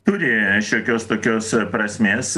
turi šiokios tokios prasmės